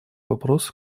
вопросу